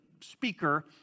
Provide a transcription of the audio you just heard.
speaker